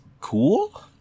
cool